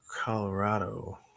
Colorado